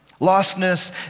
Lostness